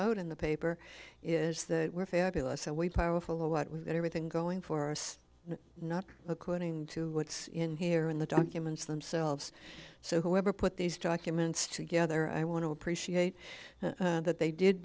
out in the paper is that we're fabulous and we powerful what we've got everything going for us not according to what's in here in the documents themselves so whoever put these documents together i want to appreciate that they did